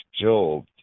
Job